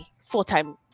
full-time